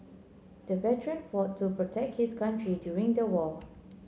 the veteran fought to protect his country during the war